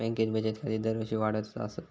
बँकेत बचत खाती दरवर्षी वाढतच आसत